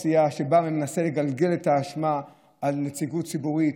סיעה שבא ומנסה לגלגל את האשמה על נציגות ציבורית.